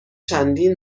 چندین